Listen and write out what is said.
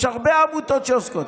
יש הרבה עמותות שעוסקות,